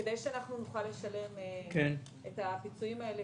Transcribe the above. כדי שאנחנו נוכל לשלם את הפיצויים האלה